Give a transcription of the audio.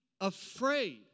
afraid